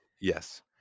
Yes